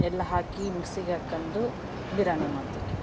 ಎಲ್ಲ ಹಾಕಿ ಮಿಕ್ಸಿಗಾಕಂಡು ಬಿರಿಯಾನಿ ಮಾಡ್ತಿವ್ರಿ